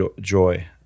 joy